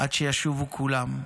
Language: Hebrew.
עד שישובו כולם.